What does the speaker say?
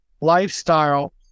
lifestyle